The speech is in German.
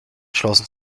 schlossen